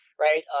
right